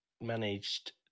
Managed